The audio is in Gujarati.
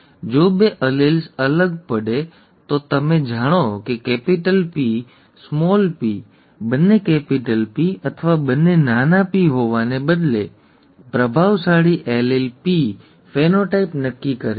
જો બે એલીલ્સ અલગ પડે તો તમે જાણો છો કેપિટલ પી સ્મોલ પી બંને કેપિટલ પી અથવા બંને નાના પી હોવાને બદલે પ્રભાવશાળી એલીલ પી ફેનોટાઈપ નક્કી કરે છે ઠીક છે